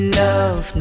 love